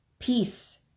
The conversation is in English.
peace